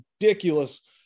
ridiculous